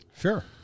Sure